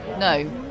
No